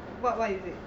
what what is it